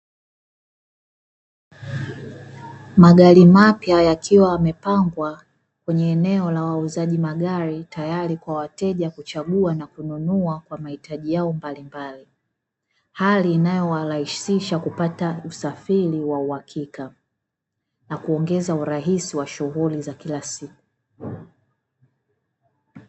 Magari mapya yakiwa yamepangwa kwenye eneo la wauzaji magari tayari kwa wateja kuchagua na kununua kwa mahitaji yao mbalimbali. Hali inayowarahisisha kupata usafiri wa uhakika, na kuongeza urahisi wa shughuli za kila siku.